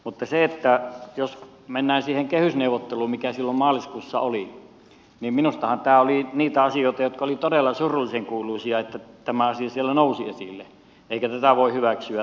mutta jos mennään siihen kehysneuvotteluun mikä silloin maaliskuussa oli niin minustahan tämä oli niitä asioita jotka olivat todella surullisenkuuluisia että tämä asia siellä nousi esille enkä tätä voinut hyväksyä